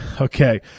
Okay